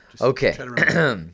Okay